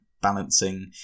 balancing